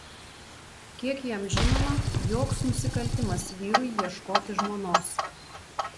kiek jam žinoma joks nusikaltimas vyrui ieškoti žmonos